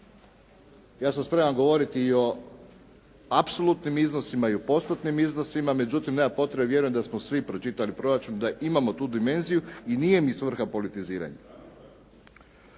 Ja sam spreman govoriti i o apsolutnim iznosima i o postotnim iznosima, međutim nema potrebe, mislim da smo svi pročitali proračun, da imamo tu dimenziju i nije mi svrha politiziranje.